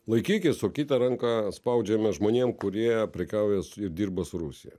laikykis o kita ranka spaudžiame žmonėm kurie prekiauja su ir dirba su rusija